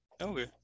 okay